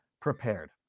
prepared